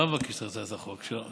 מה מבקשת הצעת החוק שלנו?